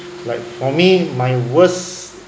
like for me my worst